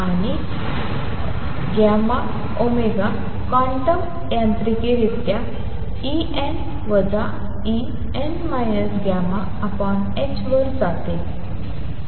आणि τω क्वांटम यांत्रिकरित्या En En τℏ वर जाते